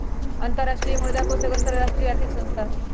अंतरराष्ट्रीय मुद्रा कोष एगो अंतरराष्ट्रीय आर्थिक संस्था हइ